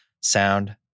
sound